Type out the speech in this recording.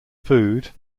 food